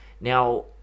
Now